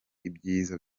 ibyiza